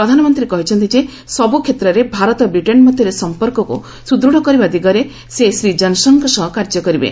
ପ୍ରଧାନମନ୍ତ୍ରୀ କହିଛନ୍ତି ଯେ ସବୁ କ୍ଷେତ୍ରରେ ଭାରତ ବ୍ରିଟେନ୍ ମଧ୍ୟରେ ସଫପର୍କକୁ ସୁଦୂଢ଼ କରିବା ଦିଗରେ ସେ ଶ୍ରୀ ଜନ୍ସନ୍ଙ୍କ ସହ କାର୍ଯ୍ୟ କରିବେ